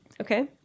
Okay